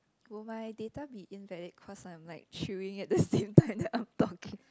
will my data be invalid because I am like chewing at the same time I am talking